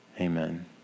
Amen